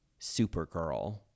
Supergirl